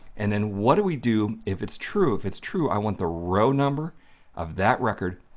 and then what do we do if it's true? if it's true, i want the row number of that record,